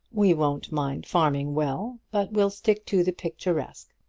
we won't mind farming well, but will stick to the picturesque.